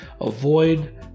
avoid